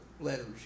letters